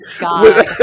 god